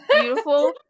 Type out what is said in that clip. beautiful